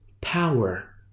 power